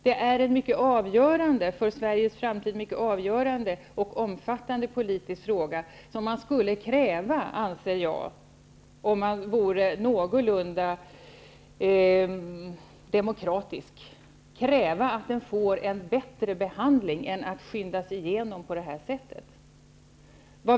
Det är en för Sveriges framtid mycket avgörande och omfattande politisk fråga, där man skulle kunna kräva, om man vore någorlunda demokratisk, att den får en bättre behandling än att skyndas igenom på det här sättet.